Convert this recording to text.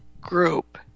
group